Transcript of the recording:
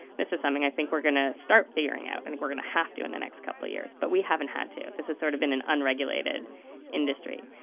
this is something i think we're going to start figuring out. i think we're going to have to in the next couple of years, but we haven't had to. this has sort of been an unregulated industry.